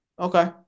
Okay